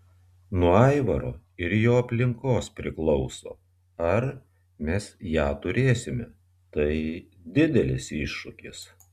nuo aivaro ir jo aplinkos priklauso ar mes ją turėsime tai didelis iššūkis